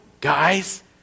guys